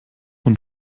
und